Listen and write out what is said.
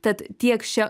tad tiek šia